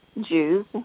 Jews